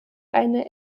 eine